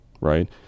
right